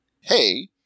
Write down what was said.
hey